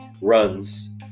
runs